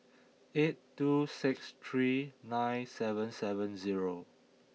eight two six three nine seven seven zero